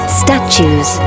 statues